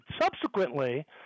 subsequently